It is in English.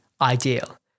ideal